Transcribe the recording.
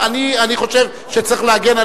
אני חושב שצריך להגן.